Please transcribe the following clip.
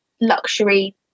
luxury